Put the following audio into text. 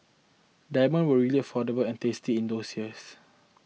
diamonds were really affordable and tasty in those years